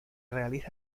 realiza